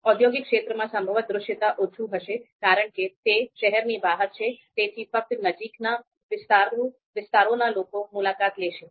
ઔદ્યોગિક ક્ષેત્રમાં સંભવત દૃશ્યતા ઓછુ હશે કારણ કે તે શહેરની બહાર છે તેથી ફક્ત નજીકના વિસ્તારોના લોકો મુલાકાત લેશે